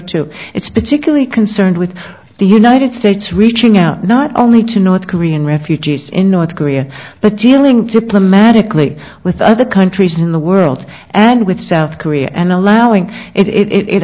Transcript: two it's particularly concerned with the united states reaching out not only to north korean refugees in north korea but dealing crippling magically with other countries in the world and with south korea and allowing it i